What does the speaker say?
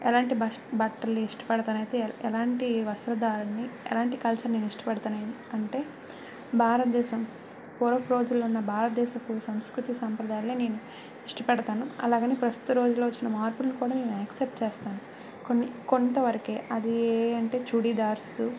ఎలాంటి బా బట్టలు ఇష్టపడతాను అయితే ఎలాంటి వస్త్రధారణని ఎలాంటి కల్చర్ని నేను ఇష్టపడతాను అంటే భారతదేశం పూర్వపు రోజులలో ఉన్న భారతదేశపు సంస్కృతి సాంప్రదాయాలను నేను ఇష్టపడతాను అలాగే ప్రస్తుత రోజులలో వచ్చిన మార్పులను కూడా నేను యాక్సెప్ట్ చేస్తాను కొన్ని కొంతవరకు అది ఏవేవి అంటే చుడీదార్స్